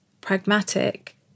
pragmatic